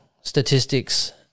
statistics